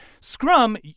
Scrum